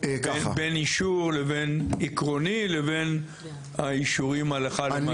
בין אישור עקרוני לבין האישורים הלכה למעשה?